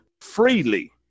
freely